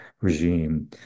regime